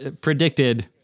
Predicted